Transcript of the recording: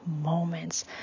moments